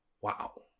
wow